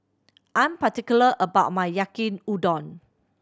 I'm particular about my Yaki Udon